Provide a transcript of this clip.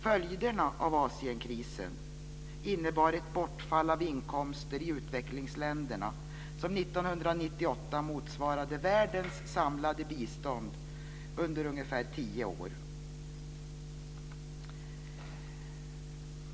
Följderna av Asienkrisen innebar ett bortfall av inkomster i utvecklingsländerna som 1998 motsvarade världens samlade bistånd under ungefär tio år.